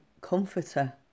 comforter